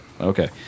Okay